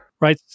right